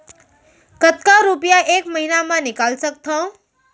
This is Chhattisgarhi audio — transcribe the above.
कतका रुपिया एक महीना म निकाल सकथव?